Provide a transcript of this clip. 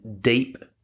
deep